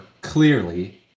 clearly